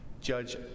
Judge